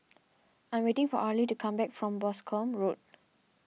I am waiting for Arlie to come back from Boscombe Road